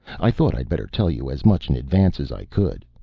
i thought i'd better tell you as much in advance as i could.